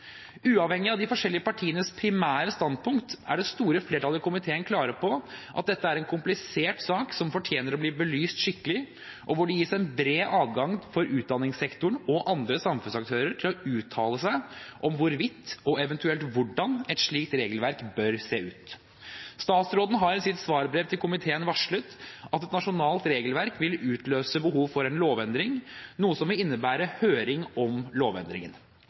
Uavhengig av de forskjellige partienes primære standpunkt er det store flertallet i komiteen klare på at dette er en komplisert sak som fortjener å bli belyst skikkelig, og hvor det gis bred adgang for utdanningssektoren og andre samfunnsaktører til å uttale seg om hvorvidt – og eventuelt hvordan – et slikt regelverk bør se ut. Statsråden har i sitt svarbrev til komiteen varslet at et nasjonalt regelverk vil utløse behov for en lovendring, noe som vil innebære høring om lovendringen.